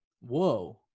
whoa